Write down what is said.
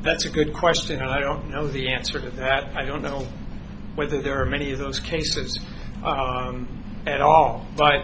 that's a good question i don't know the answer to that i don't know whether there are many of those cases at all but